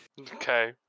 Okay